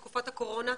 בתקופת הקורונה,